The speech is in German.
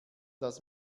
das